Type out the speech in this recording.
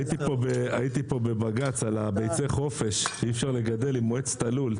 הייתי פה בבג"ץ על ביצי חופש שאי-אפשר לגדל עם מועצת הלול.